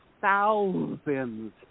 thousands